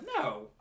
no